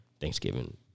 Thanksgiving